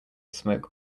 smoke